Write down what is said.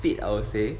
fit I would say